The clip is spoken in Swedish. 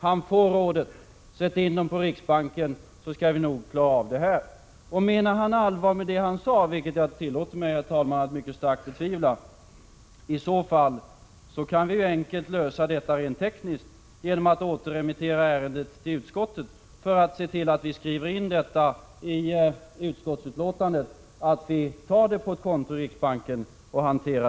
Han får rådet: Sätt in pengarna hos riksbanken, så skall vi nog klara av det här. Menar finansministern allvar med det han sade, vilket jag, herr talman, tillåter mig att mycket starkt betvivla, kan vi enkelt lösa detta rent tekniskt genom att återremittera ärendet till utskottet för att i utskottsbetänkandet få inskrivet att pengarna skall sättas in på ett konto i riksbanken.